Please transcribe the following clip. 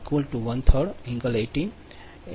33 6